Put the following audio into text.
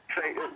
Say